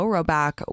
Rowback